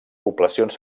poblacions